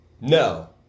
No